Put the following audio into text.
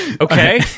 Okay